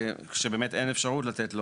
שבאמת אין אפשרות לתת לו,